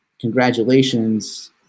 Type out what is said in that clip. congratulations